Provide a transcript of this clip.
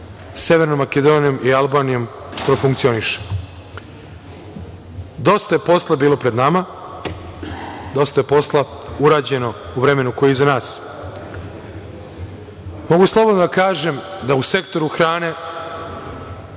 Severnom Makedonijom i Albanijom profunkcioniše. Dosta je posla bilo pred nama, dosta je posla urađeno u vremenu koje je iza nas. Mogu slobodno da kažem da u sektoru hrane,